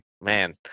man